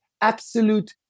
absolute